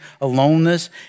aloneness